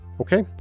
Okay